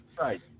right